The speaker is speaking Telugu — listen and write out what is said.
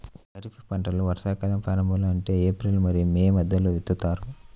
ఖరీఫ్ పంటలను వర్షాకాలం ప్రారంభంలో అంటే ఏప్రిల్ మరియు మే మధ్యలో విత్తుతారు